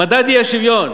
מדד האי-שוויון: